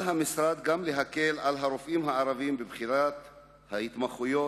על המשרד גם להקל על הרופאים הערבים בבחירת ההתמחויות,